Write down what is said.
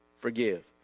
forgive